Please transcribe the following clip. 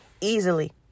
easily